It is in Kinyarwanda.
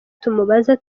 tumubaza